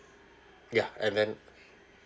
ya and then